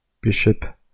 Bishop